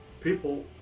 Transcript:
people